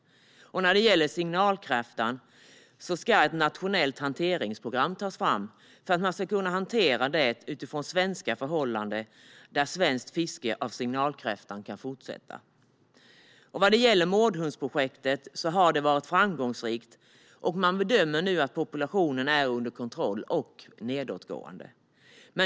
För signalkräftan ska ett nationellt hanteringsprogram tas fram för att man ska kunna hantera detta utifrån svenska förhållanden så att svenskt fiske av signalkräftan kan fortsätta. Mårdhundsprojektet har varit framgångsrikt. Man bedömer nu att populationen är under kontroll och nedåtgående.